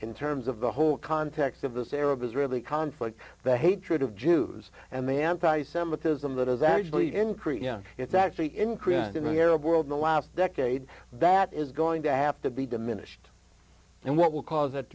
in terms of the whole context of this arab israeli conflict the hatred of jews and the anti semitism that has actually increased it's actually increased in the arab world in the last decade that is going to have to be diminished and what will cause